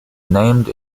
named